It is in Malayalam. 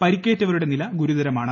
പരിക്കേറ്റവരുടെ നില ഗുരുതരമാണ്